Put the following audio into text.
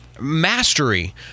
mastery